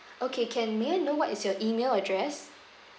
okay can may I know what is your email address